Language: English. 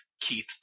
Keith